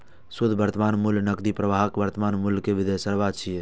शुद्ध वर्तमान मूल्य नकदी प्रवाहक वर्तमान मूल्य कें दर्शाबै छै